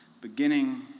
beginning